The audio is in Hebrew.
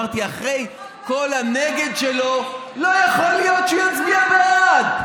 אמרתי שאחרי כל ה"נגד" שלו לא יכול להיות שהוא יצביע בעד.